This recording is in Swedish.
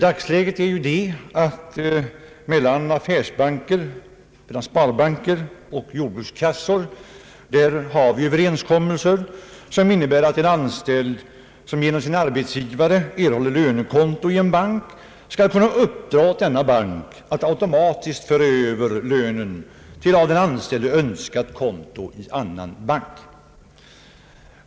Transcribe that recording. Dagsläget är att mellan affärsbanker, sparbanker och jordbrukskassor finns överenskommelser innebärande att en anställd, som genom sin arbetsgivare erhållit lönekonto i en bank, kan uppdra åt denna bank att automatiskt föra över lönen till av den anställde önskat konto i annan bank.